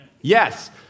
Yes